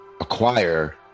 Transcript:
acquire